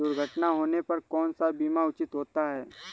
दुर्घटना होने पर कौन सा बीमा उचित होता है?